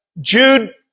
Jude